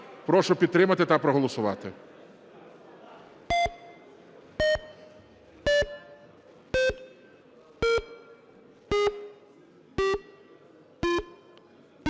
Прошу підтримати та проголосувати.